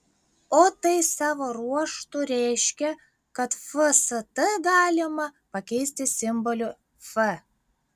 o tai savo ruožtu reiškia kad fst galima pakeisti simboliu f